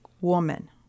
woman